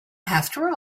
after